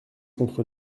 contre